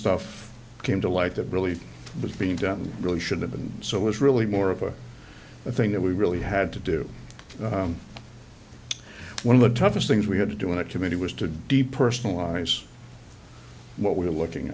stuff came to light that really was being done really should have been so it was really more of a i thing that we really had to do one of the toughest things we had to do in a committee was to depersonalize what we're looking